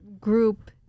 group